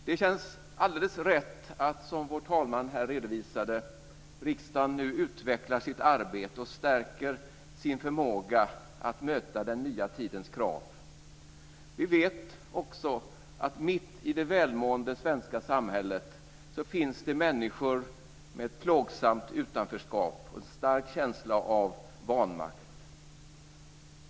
Det känns alldeles rätt - som vår talman här redovisade - att riksdagen nu utvecklar sitt arbete och stärker sin förmåga att möta den nya tidens krav. Vi vet också att det mitt i det välmående svenska samhället finns människor med ett plågsamt utanförskap och en stark känsla av vanmakt.